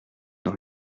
dans